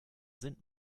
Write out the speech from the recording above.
sind